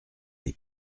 les